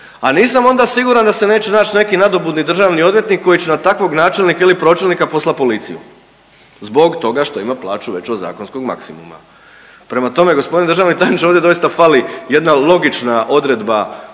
A nisam onda siguran da se neće naći neki nadobudni državni odvjetnik koji će na takvog načelnika ili pročelnika poslati policiju zbog toga što ima plaću veću od zakonskog maksimuma. Prema tome gospodine državni tajniče ovdje doista fali jedna logična odredba